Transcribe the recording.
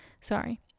Sorry